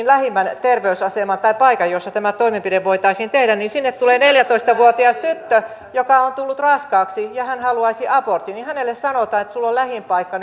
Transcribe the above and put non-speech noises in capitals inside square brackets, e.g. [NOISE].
[UNINTELLIGIBLE] lähin terveysasema tai paikka jossa tämä toimenpide voitaisiin tehdä kun sinne tulee neljätoista vuotias tyttö joka on tullut raskaaksi ja hän haluaisi abortin niin hänelle sanotaan että sulla on lähin paikka [UNINTELLIGIBLE]